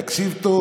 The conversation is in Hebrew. תקשיב טוב.